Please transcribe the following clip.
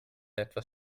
etwas